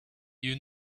you